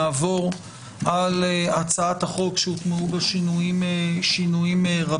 נעבור על הצעת החוק שהוטמעו בה שינויים רבים,